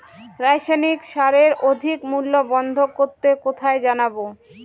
রাসায়নিক সারের অধিক মূল্য বন্ধ করতে কোথায় জানাবো?